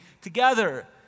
together